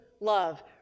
love